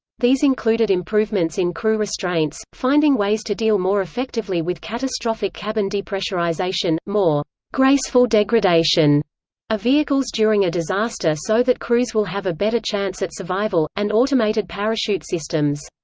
these included improvements in crew restraints, finding ways to deal more effectively with catastrophic cabin depressurization, more graceful degradation of ah vehicles during a disaster so that crews will have a better chance at survival, and automated parachute systems.